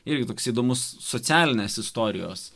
irgi toks įdomus socialinės istorijos